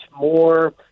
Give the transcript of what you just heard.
more